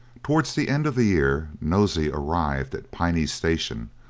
towards the end of the year nosey arrived at piney station,